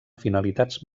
finalitats